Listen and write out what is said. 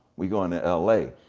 we goin to l a.